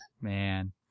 Man